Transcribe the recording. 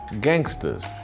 gangsters